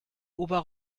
ober